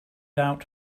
out